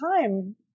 time